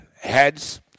Heads